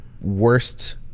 worst